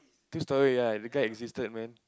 two storey ya the guy existed man